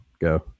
go